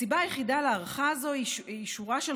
הסיבה היחידה להארכה הזו היא שורה של